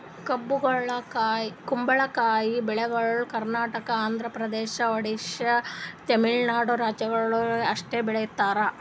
ಕುಂಬಳಕಾಯಿ ಬೆಳಿಗೊಳ್ ಕರ್ನಾಟಕ, ಆಂಧ್ರ ಪ್ರದೇಶ, ಒಡಿಶಾ, ತಮಿಳುನಾಡು ರಾಜ್ಯಗೊಳ್ದಾಗ್ ಅಷ್ಟೆ ಬೆಳೀತಾರ್